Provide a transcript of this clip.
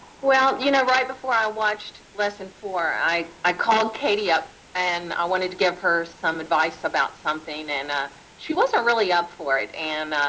well, you know, right before i watched lesson four i i called katie up and i wanted to give her some advice about something and she wasn't really up for it. and,